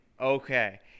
Okay